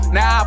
Now